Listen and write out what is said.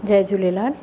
Jay Jhulelal